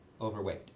overweight